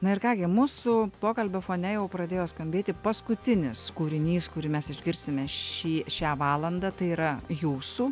na ir ką gi mūsų pokalbio fone jau pradėjo skambėti paskutinis kūrinys kurį mes išgirsime šį šią valandą tai yra jūsų